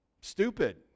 stupid